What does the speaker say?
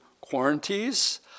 quarantines